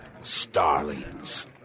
starlings